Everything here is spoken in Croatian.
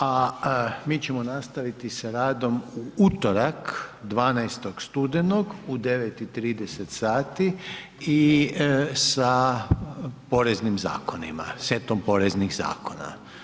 A mi ćemo nastaviti sa radom u utorak, 12. studenog u 9 i 30 sati i sa poreznim zakonima, setom poreznih zakona.